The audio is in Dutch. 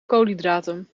koolhydraten